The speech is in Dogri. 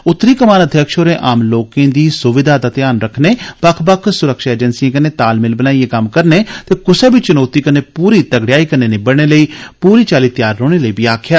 उत्तरी कमानाध्यक्ष होरें आम लोकें दी सुविधा दा ध्यान रखने बक्ख बक्ख सुरक्षा एजेंसिए कन्नै तालमेल बनाइए कम्म करने ते कुसै बी चुनौती कन्नै पूरी तगड़ेयाई कन्नै निब्बड़ने लेई पूरी चाल्ली त्यार रौह्ने लेई बी आक्खेआ